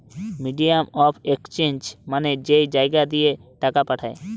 medium of exchange মানে যেই জাগা দিয়ে টাকা পাঠায়